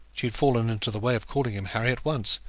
she had fallen into the way of calling him harry at once,